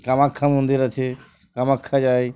কামাখ্যা মন্দির আছে কামাখ্যা যায়